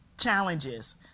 challenges